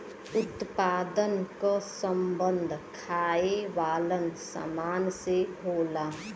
उत्पादन क सम्बन्ध खाये वालन सामान से होला